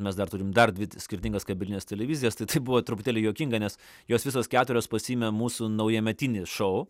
mes dar turim dar dvi skirtingas kabelines televizijas tai tai buvo truputėlį juokinga nes jos visos keturios pasiėmė mūsų naujametinį šou